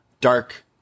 dark